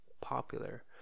popular